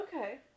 Okay